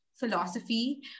philosophy